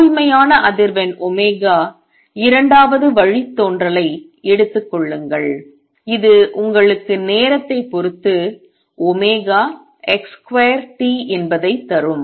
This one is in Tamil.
தூய்மையான அதிர்வெண் இரண்டாவது வழித்தோன்றலை எடுத்துக் கொள்ளுங்கள் இது உங்களுக்கு நேரத்தைப் பொருத்து x2 t என்பதை தரும்